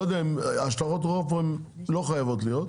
לא יודע, השלכות רוחב פה לא חייבות להיות.